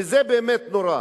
זה באמת נורא.